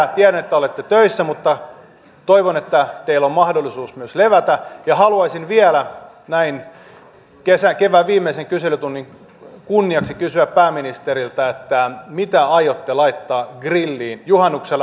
tiedän että olette töissä mutta toivon että teillä on mahdollisuus myös levätä ja haluaisin vielä näin kevään viimeisen kyselytunnin kunniaksi kysyä pääministeriltä että mitä aiotte laittaa grilliin juhannuksena